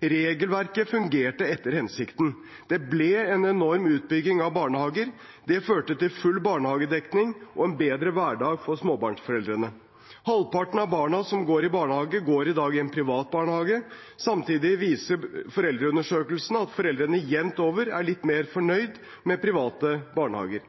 Regelverket fungerte etter hensikten. Det ble en enorm utbygging av barnehager. Det førte til full barnehagedekning og en bedre hverdag for småbarnsforeldrene. Halvparten av barna som går i barnehage, går i dag i en privat barnehage. Samtidig viser foreldreundersøkelser at foreldrene jevnt over er litt mer fornøyd med private barnehager.